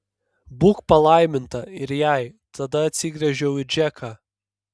būk palaiminta ir jai tada atsigręžiau į džeką